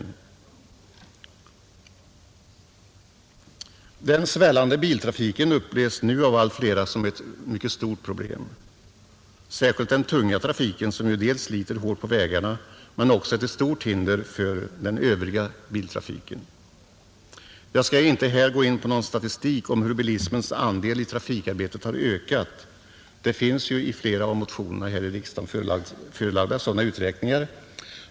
Den svällande biltrafiken upplevs av allt flera som ett mycket stort problem, Detta gäller särskilt den tunga trafiken, som ju sliter hårt på vägarna men också är till stort hinder för den övriga trafiken. Jag skall här inte gå in på någon statistik över hur bilismens andel i trafikarbetet har ökat. Sådana uträkningar finns i flera av motionerna.